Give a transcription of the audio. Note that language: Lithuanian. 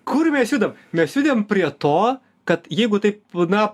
kur mes judam mes judem prie to kad jeigu taip na